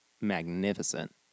magnificent